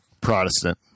Protestant